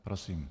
Prosím.